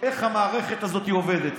איך המערכת הזאת עובדת.